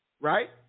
Right